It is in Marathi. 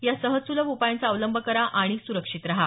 या सहज सुलभ उपायांचा अवलंब करा आणि सुरक्षित रहा